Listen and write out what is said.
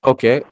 Okay